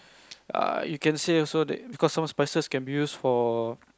err you can say also cause some spices can be used for